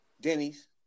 Denny's